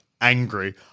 angry